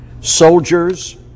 Soldiers